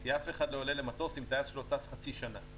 כי אף אחד לא עולה למטוס עם טייס שלא טס חצי שנה.